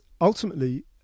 ultimately